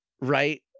Right